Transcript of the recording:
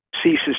ceases